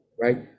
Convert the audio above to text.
right